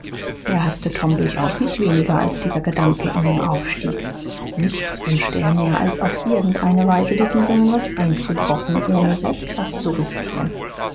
er haßte tom durchaus nicht weniger als dieser gedanke in ihm aufstieg nichts wünschte er mehr als auf irgend eine weise diesem jungen was einzubrocken ohne selbst was zu riskieren